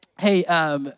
Hey